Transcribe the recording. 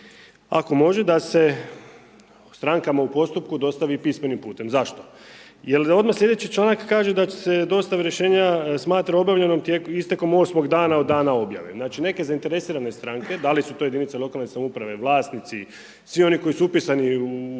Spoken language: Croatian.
ako može, da se strankama u postupku dostavi pismenim putem, zašto? Jer odmah sljedeći članak kaže da će se dostave rješenja smatra obavljenom istekom osmog dana od dana objave. Znači neke zainteresirane stranke, da li su to jedinice lokalne samouprave, vlasnici, svi oni koji su upisani